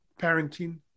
parenting